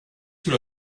sous